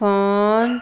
phone